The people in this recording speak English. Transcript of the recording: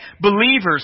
believers